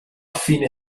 fine